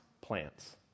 plants